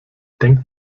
denkt